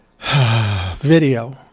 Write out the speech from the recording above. video